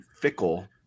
fickle